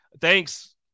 Thanks